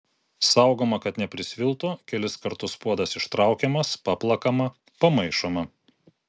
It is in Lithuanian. saugoma kad neprisviltų kelis kartus puodas ištraukiamas paplakama pamaišoma